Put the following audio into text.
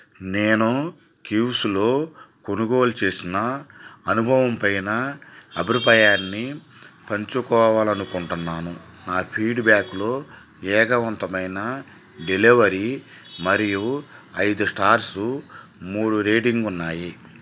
నేను కూవ్స్లో కొనుగోలు చేసిన అనుభవంపైన అబ్రిపాయాన్ని పంచుకోవాలి అనుకుంటున్నాను నా ఫీడ్బ్యాక్లో వేగవంతమైన డెలివరీ మరియు ఐదు స్టార్సు మూడు రేటింగ్ ఉన్నాయి